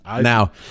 Now